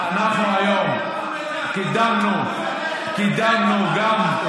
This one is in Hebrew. אנחנו קידמנו היום גם,